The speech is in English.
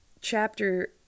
chapter